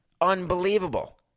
Unbelievable